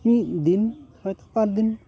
ᱢᱤᱫ ᱫᱤᱱ ᱦᱚᱭᱛᱳ ᱵᱟᱨ ᱫᱤᱱ